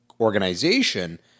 organization